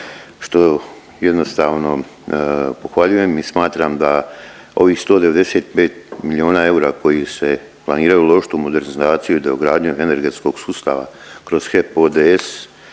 što jednostavno pohvaljujem i smatram da ovih 195 miliona eura koji se planiraju uložiti u modernizaciju i dogradnju energetskog sustava kroz HEP ODS